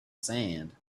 sand